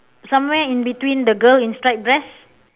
somewhere in between the girl in striped dress